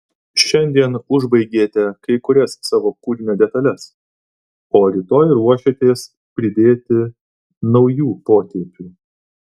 šiandien užbaigėte kai kurias savo kūrinio detales o rytoj ruošiatės pridėti naujų potėpių